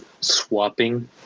swapping